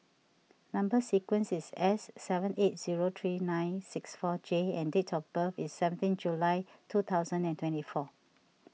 Number Sequence is S seven eight zero three nine six four J and date of birth is seventeen July two thousand and twenty four